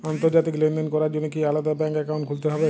আন্তর্জাতিক লেনদেন করার জন্য কি আলাদা ব্যাংক অ্যাকাউন্ট খুলতে হবে?